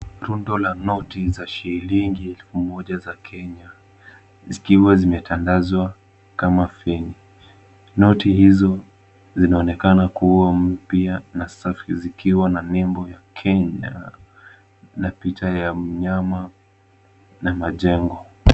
Rundo la noti za shilingi elfu moja za Kenya zikiwa zimetandazwa kama feni . Noti hizo zinaonekana kuwa mpya na safi zikiwa na nembo ya Kenya na picha ya mnyama na majengo.